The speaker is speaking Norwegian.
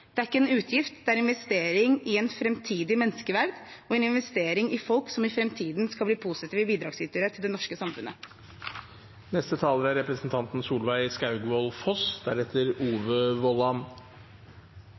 Det er ikke en utgift; det er en investering i et framtidig menneskeverd, og en investering i folk som i framtiden skal bli positive bidragsytere til det norske samfunnet. Det er